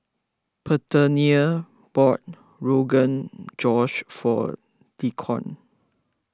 Parthenia bought Rogan Josh for Deacon